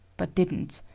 but didn't.